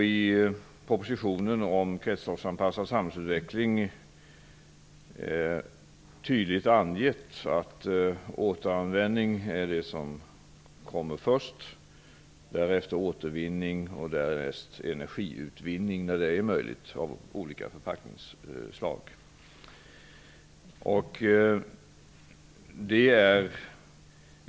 I propositionen om kretsloppsanpassad samhällsutveckling har vi tydligt angett att återanvändning är det som kornmer först, därefter kornmer återvinning och därnäst energiutvinning av olika förpackningsslag där det är möjligt.